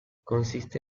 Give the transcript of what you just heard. consiste